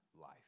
life